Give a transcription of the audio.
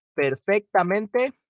perfectamente